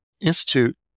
Institute